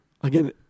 Again